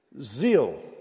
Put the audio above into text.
Zeal